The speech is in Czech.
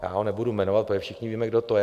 Já ho nebudu jmenovat, ale všichni víme, kdo to je.